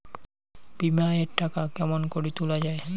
বিমা এর টাকা কেমন করি তুলা য়ায়?